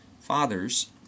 Fathers